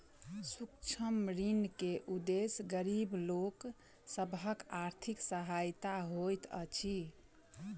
सूक्ष्म ऋण के उदेश्य गरीब लोक सभक आर्थिक सहायता होइत अछि